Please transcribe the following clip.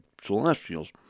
celestials